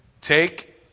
take